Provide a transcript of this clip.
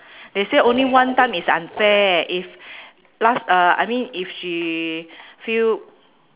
they say only one time is unfair if last uh I mean if she feel